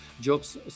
jobs